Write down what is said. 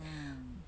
mm